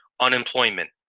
Unemployment